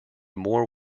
more